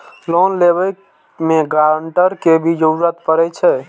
Loan लेबे में guarantor के भी जरूरी परे छै?